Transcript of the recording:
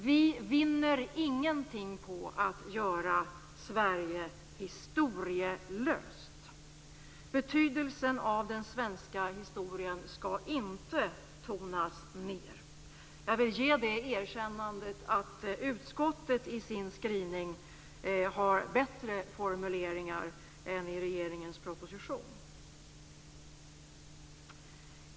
Vi vinner ingenting på att göra Sverige historielöst. Betydelsen av den svenska historien skall inte tonas ned. Jag vill ge det erkännandet att utskottet i sin skrivning har bättre formuleringar än i regeringens proposition.